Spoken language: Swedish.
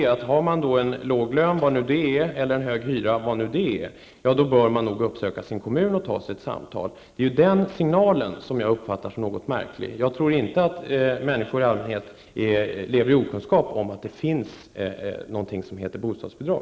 Har man en låg lön eller hög hyra, vad nu dessa begrepp står för, bör man uppsöka sin kommun för ett samtal. Den signalen uppfattar jag som något märklig. Jag tror inte att människor i allmänhet lever i okunnighet om att det finns någonting som heter bostadsbidrag.